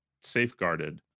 safeguarded